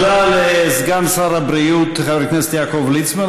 תודה לסגן שר הבריאות חבר הכנסת יעקב ליצמן.